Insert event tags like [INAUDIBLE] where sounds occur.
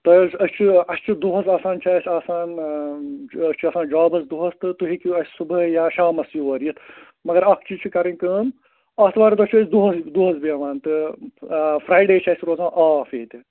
تۄہہِ حظ چھُ أسۍ چھِ [UNINTELLIGIBLE] اَسہِ چھِ دۄہَس آسان چھُ اَسہِ آسان أسۍ چھِ آسان جابَس دۄہَس تہٕ تُہۍ ہیٚکِو اَسہِ صُبحٲے یا شامَس یور یِتھ مگر اَکھ چیٖز چھِ کَرٕنۍ کٲم آتھوارِ دۄہ چھِ أسۍ دۄہَے دۄہَس بیٚہوان تہٕ فرٛایڈے چھِ اَسہِ روزان آف ییٚتہِ